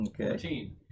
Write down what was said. okay